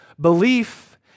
Belief